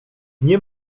nie